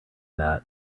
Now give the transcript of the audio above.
that